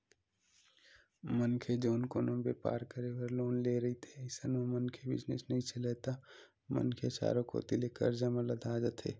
मनखे जउन कोनो बेपार करे बर लोन ले रहिथे अइसन म मनखे बिजनेस नइ चलय त मनखे ह चारे कोती ले करजा म लदा जाथे